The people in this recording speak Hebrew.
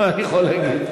מה אני יכול להגיד?